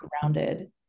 grounded